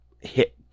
hit